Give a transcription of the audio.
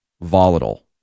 volatile